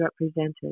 represented